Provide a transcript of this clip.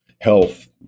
health